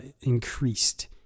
increased